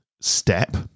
step